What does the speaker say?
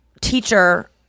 teacher